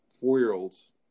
four-year-olds